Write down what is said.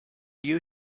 you